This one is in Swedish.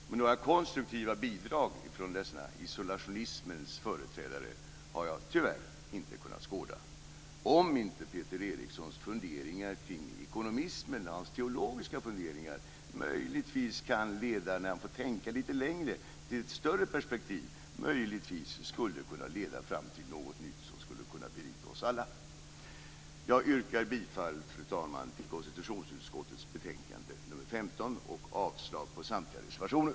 Men några konstruktiva bidrag från dessa isolationismens företrädare har jag tyvärr inte kunnat skåda, om inte Peter Erikssons tankar kring ekonomismen och hans teologiska funderingar när han får tänka litet längre möjligtvis kan leda fram till ett större perspektiv, till något nytt som skulle kunna berika oss alla. Jag yrkar bifall, fru talman, till konstitutionsutskottets betänkande nr 15 och avslag på samtliga reservationer.